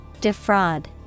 Defraud